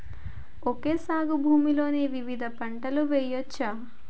Okay సాగు భూమిలో వివిధ పంటలు వెయ్యచ్చా?